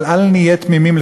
אבל אל נהיה תמימים,